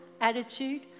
attitude